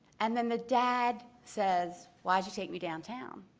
and then the dad says, why did you take me downtown,